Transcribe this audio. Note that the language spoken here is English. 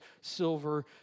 silver